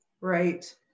Right